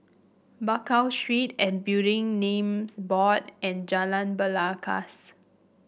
Bakau Street and Building Names Board and Jalan Belangkas